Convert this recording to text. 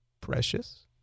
Precious